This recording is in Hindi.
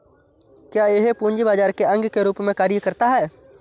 क्या यह पूंजी बाजार के अंग के रूप में कार्य करता है?